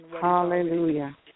Hallelujah